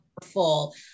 powerful